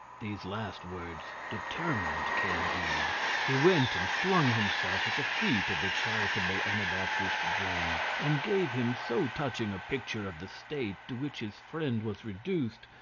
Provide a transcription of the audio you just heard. these last words determined candide he went and flung himself at the feet of the charitable anabaptist james, and gave him so touching a picture of the state to which his friend was reduced,